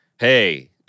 Hey